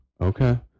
Okay